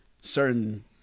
certain